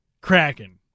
Kraken